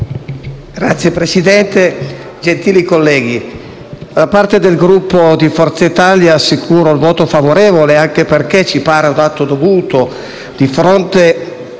Signor Presidente, gentili colleghi, da parte del Gruppo Forza Italia assicuro il voto favorevole: ci pare un atto dovuto di fronte